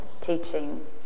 teaching